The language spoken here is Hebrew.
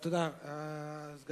אני מקווה שכולם יתמכו.